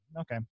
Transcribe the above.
okay